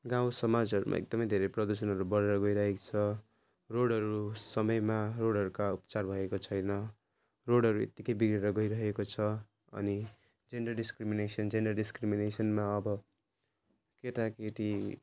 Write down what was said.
गाउँसमाजहरूमा एकदमै धेरै प्रदूषणहरू बढेर गइरहेको छ रोडहरू समयमा रोडहरूका उपचार भएको छैन रोडहरू यत्तिकै बिग्रेर गइरहेको छ अनि जेन्डर डिस्क्रिमिनेसन जेन्डर डिस्क्रिमिनेसनमा अब केटाकेटी